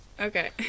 Okay